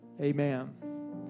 Amen